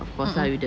mmhmm